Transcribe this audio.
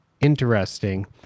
interesting